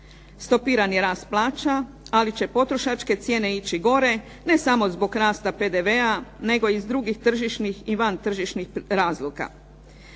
Stopiran je rast plaća, ali će potrošačke cijene ići gore ne samo zbog rasta PDV-a nego i s drugih tržišnih i van tržišnih razloga.